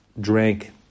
drank